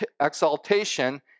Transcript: exaltation